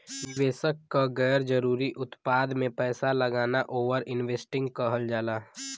निवेशक क गैर जरुरी उत्पाद में पैसा लगाना ओवर इन्वेस्टिंग कहल जाला